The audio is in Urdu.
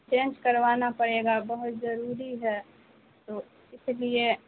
چینج کروانا پڑے گا بہت ضروری ہے تو اس لیے